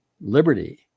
liberty